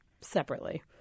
separately